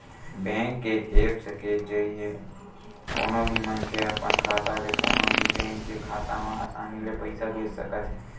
bank के apps के जरिए कोनो भी मनखे ह अपन खाता ले कोनो भी बेंक के खाता म असानी ले पइसा भेज सकत हे